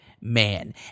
man